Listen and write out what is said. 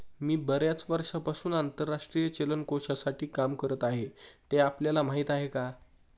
मी बर्याच वर्षांपासून आंतरराष्ट्रीय चलन कोशासाठी काम करत आहे, ते आपल्याला माहीत आहे का?